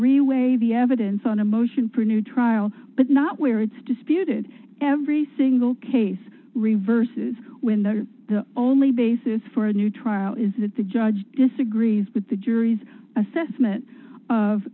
weigh the evidence on a motion for a new trial but not where it's disputed every single case reverses when the only basis for a new trial is that the judge disagrees with the jury's assessment of